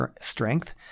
strength